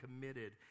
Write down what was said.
committed